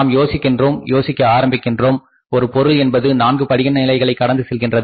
நாம் யோசிக்கிறோம் யோசிக்க ஆரம்பிக்கின்றோம் ஒரு பொருள் என்பது நான்கு படிநிலைகளை கடந்து செல்கின்றது